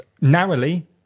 narrowly